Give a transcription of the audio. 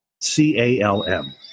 C-A-L-M